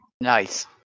nice